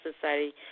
Society